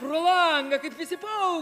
pro langą kaip visi pau